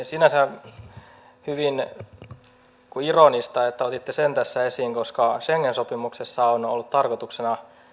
sinänsä on hyvin ironista että otitte sen tässä esiin koska schengen sopimuksessahan on on ollut tarkoituksena